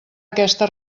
aquesta